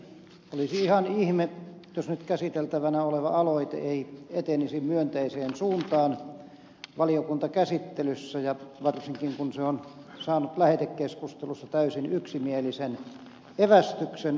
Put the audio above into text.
olisi ihan ihme jos nyt käsiteltävänä oleva aloite ei etenisi myönteiseen suuntaan valiokuntakäsittelyssä ja varsinkin kun se on saanut lähetekeskustelussa täysin yksimielisen evästyksen valiokuntakäsittelyä varten